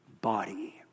body